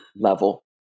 level